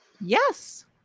Yes